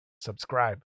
Subscribe